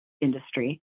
industry